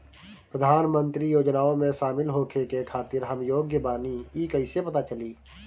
प्रधान मंत्री योजनओं में शामिल होखे के खातिर हम योग्य बानी ई कईसे पता चली?